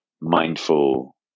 mindful